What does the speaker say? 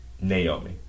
Naomi